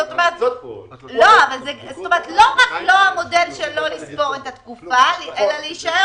לא רק לא המודל שלא לספור את התקופה אלא להישאר